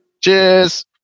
Cheers